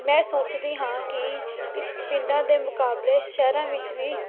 ਮੈਂ ਸੋਚਦੀ ਹਾਂ ਕਿ ਪਿੰਡਾਂ ਦੇ ਮੁਕਾਬਲੇ ਸ਼ਹਿਰਾਂ ਵਿੱਚ ਵੀ